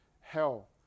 hell